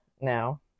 now